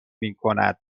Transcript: میکند